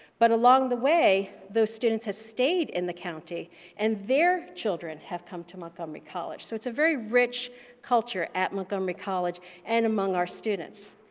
but along the way, those students have stayed in the county and their children have come to montgomery college, so it's a very rich culture at montgomery college and among our students.